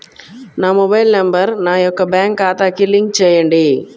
నా mobile number నా యొక్క బ్యాంక్ ఖాతాకి లింక్ చేయండీ?